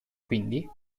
quindi